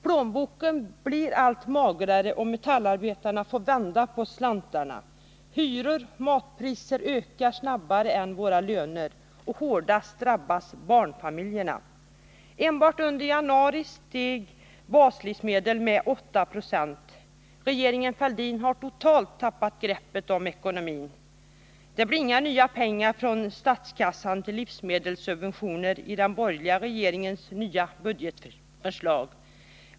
Plånboken blir allt magrare och metallarbetarna får vända på slantarna. Hyror och matpriser ökar mycket snabbare än våra löner, och hårdast drabbas barnfamiljerna. Enbart under januari steg baslivsmedelspriserna med 87. Regeringen Fälldin har totalt tappat greppet om ekonomin. Det blev inga nya pengar från statskassan till livsmedelssubventioner i den borgerliga regeringens nya budgetförslag.